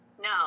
No